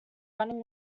running